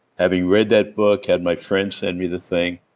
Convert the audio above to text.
having read that book, had my friend send me the thing,